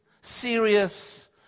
serious